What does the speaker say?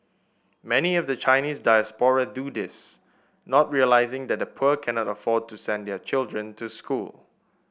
many of the Chinese diaspora do this not realising that the poor cannot afford to send their children to school